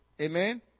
Amen